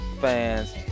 fans